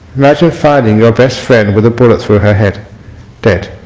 imagine finding your best friend with bullets through her head dead